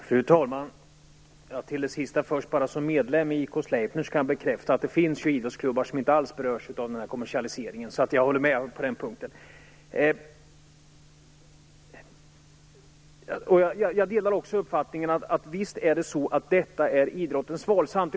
Fru talman! Som medlem i IK Sleipner kan jag bekräfta att det finns idrottsklubbar som inte alls berörs av den här kommersialiseringen. Jag håller alltså med på den punkten. Jag delar också uppfattningen att det handlar om idrottsrörelsens val.